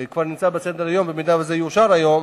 זה כבר נמצא בסדר-היום במידה שזה יאושר היום,